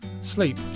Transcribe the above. Sleep